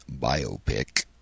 biopic